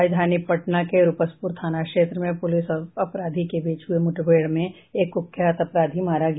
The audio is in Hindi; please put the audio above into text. राजधानी पटना के रूपसपुर थाना क्षेत्र में पुलिस और अपराधी के बीच हुई मुठभेड़ में एक कुख्यात अपराधी मारा गया